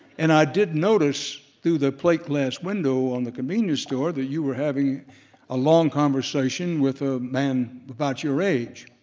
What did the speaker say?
and i did notice through the plate glass window on the convenience store that you were having a long conversation with a man about your age.